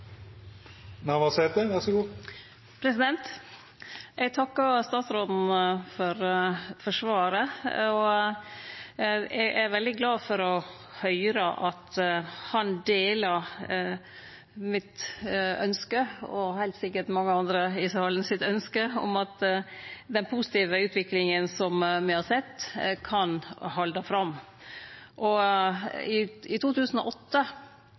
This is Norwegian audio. veldig glad for å høyre at han deler mitt ynske, og heilt sikkert ynsket til mange andre i salen, om at den positive utviklinga me har sett, kan halde fram. I 2008 var eg saman med dåverande direktør i